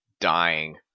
dying